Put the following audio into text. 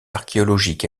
archéologique